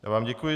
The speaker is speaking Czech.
Já vám děkuji.